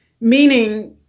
meaning